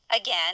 again